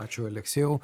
ačiū aleksejau